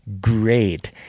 great